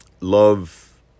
love